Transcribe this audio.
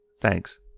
thanks